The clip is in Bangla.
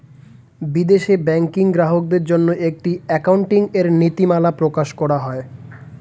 বিদেশে ব্যাংকিং গ্রাহকদের জন্য একটি অ্যাকাউন্টিং এর নীতিমালা প্রকাশ করা হয়